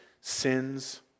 sins